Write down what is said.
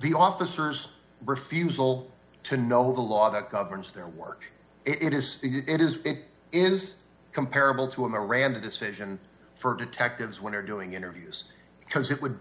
the officers refusal to know the law that governs their work it is it is it is comparable to a miranda decision for detectives when they're doing interviews because it would